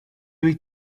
wyt